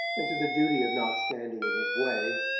and to the duty of not standing in his way,